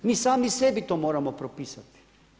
Mi sami sebi to moramo propisati.